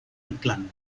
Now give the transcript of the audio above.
inclán